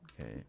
Okay